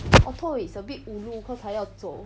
orto is a bit ulu cause 还要走